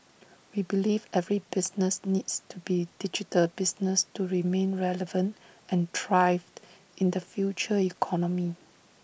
we believe every business needs to be digital business to remain relevant and thrived in the future economy